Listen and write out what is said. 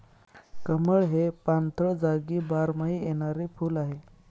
कमळ हे पाणथळ जागी बारमाही येणारे फुल आहे